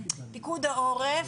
פיקוד העורף,